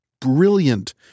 brilliant